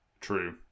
True